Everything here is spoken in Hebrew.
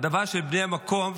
העדפה של בני המקום,